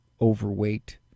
overweight